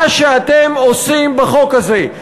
מה שאתם עושים בחוק הזה,